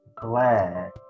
glad